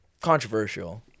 controversial